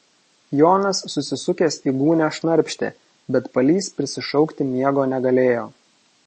jonas susisukęs į gūnią šnarpštė bet palys prisišaukti miego negalėjo